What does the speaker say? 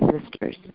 sisters